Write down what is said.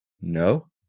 no